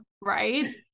Right